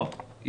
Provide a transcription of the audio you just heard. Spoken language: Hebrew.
לא,